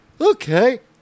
okay